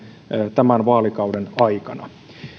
tämän vaalikauden aikana